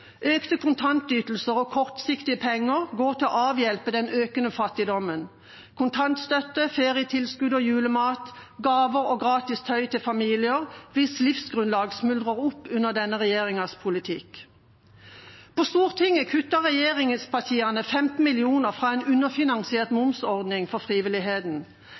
Økte kontantytelser og kortsiktige penger går til å avhjelpe den økende fattigdommen: kontantstøtte, ferietilskudd, julemat, gaver og gratis tøy til familier hvis livsgrunnlag smuldrer opp under denne regjeringas politikk. På Stortinget kutter regjeringspartiene 15 mill. kr i en underfinansiert momsordning for frivilligheten.